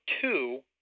two